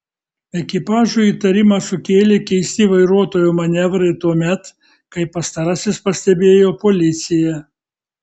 ekipažui įtarimą sukėlė keisti vairuotojo manevrai tuomet kai pastarasis pastebėjo policiją